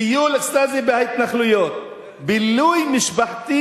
"טיול אקסטרים בהתנחלויות", "בילוי משפחתי